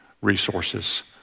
resources